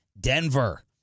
Denver